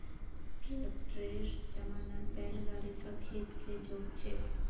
ट्रैक्टरेर जमानात बैल गाड़ी स खेत के जोत छेक